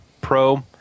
Pro